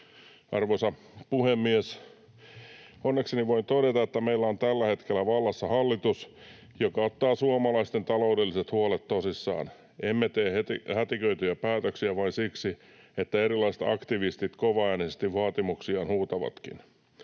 Arvoisa puhemies! Onnekseni voin todeta, että meillä on tällä hetkellä vallassa hallitus, joka ottaa suomalaisten taloudelliset huolet tosissaan. Emme tee hätiköityjä päätöksiä vain siksi, että erilaiset aktivistit kovaäänisesti vaatimuksiaan huutavatkin.